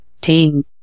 team